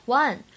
one？